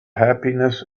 happiness